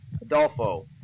Adolfo